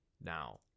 now